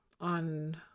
on